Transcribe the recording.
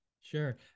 Sure